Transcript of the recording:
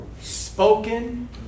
spoken